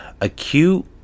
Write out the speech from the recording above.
acute